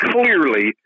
clearly